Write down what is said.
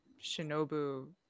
shinobu